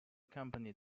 company